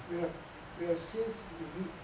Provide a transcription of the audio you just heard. we have we have since m~